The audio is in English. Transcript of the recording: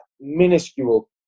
minuscule